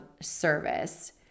service